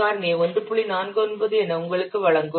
49 என உங்களுக்கு வழங்கும்